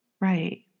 Right